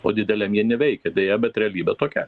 o dideliam jie neveikia deje bet realybė tokia